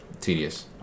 tedious